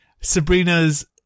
Sabrina's